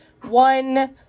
One